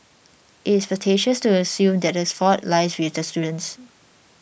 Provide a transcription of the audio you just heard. it is facetious to assume that this fault lies with the students